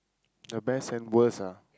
the best and worst ah